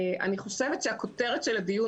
אני חושבת שהכותרת של הדיון,